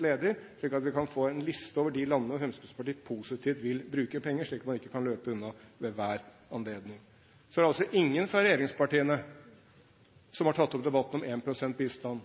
leder, slik at vi kan få en liste over de landene hvor Fremskrittspartiet positivt vil bruke penger, så man ikke kan løpe unna ved hver anledning. Så er det altså ingen fra regjeringspartiene som har tatt opp debatten om 1 pst. bistand,